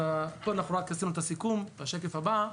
פה עשינו את הסיכום, בשקף הבא,